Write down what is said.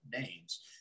names